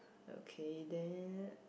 okay then